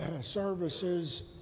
services